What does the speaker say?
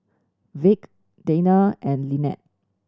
Vick Dana and Linette